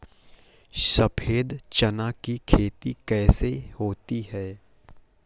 सफेद चना की खेती कैसे होती है?